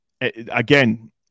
again